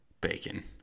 bacon